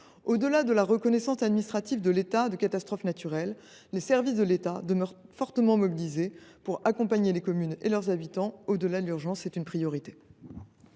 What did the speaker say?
Au delà de la reconnaissance administrative de l’état de catastrophe naturelle, les services de l’État demeurent fortement mobilisés pour accompagner les communes et leurs habitants, même après l’urgence qui a suivi